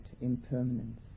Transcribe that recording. impermanence